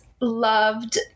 loved